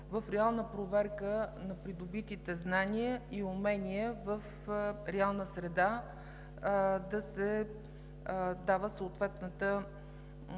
в проверка на придобитите знания и умения – в реална среда да се дава съответното